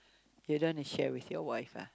you don't want to share with your wife ah